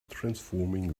transforming